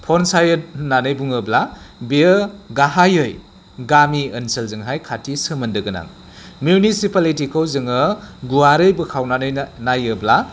पन्सायत होन्नानै बुङोब्ला बेयो गाहायै गामि ओनसोलजोंहाय खाथि सोमोन्दो गोनां मिउनिसिपालिटिखौ जोङो गुवारै बोखावनानै नायोब्ला